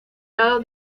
lado